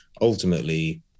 ultimately